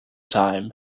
time